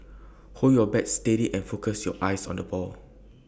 hold your bat steady and focus your eyes on the ball